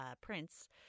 Prince